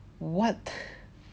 what